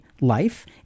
life